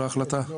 אנחנו